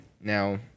now